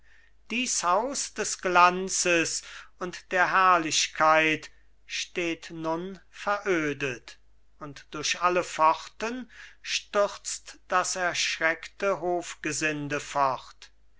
dies haus des glanzes und der herrlichkeit steht nun verödet und durch alle pforten stürzt das erschreckte hofgesinde fort